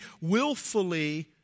willfully